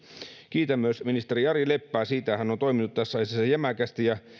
kiitän myös ministeri jari leppää siitä että hän on toiminut tässä asiassa jämäkästi ja